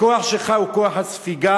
הכוח שלך הוא כוח הספיגה,